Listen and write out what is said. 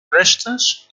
restes